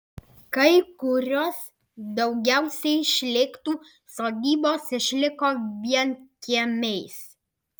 kai kurios daugiausiai šlėktų sodybos išliko vienkiemiais